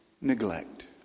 neglect